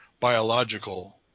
biological